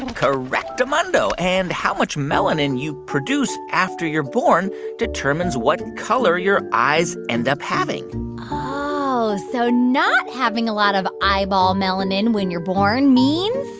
correctamundo. and how much melanin you produce after you're born determines what color your eyes end up having oh, so not having a lot of eyeball melanin when you're born means.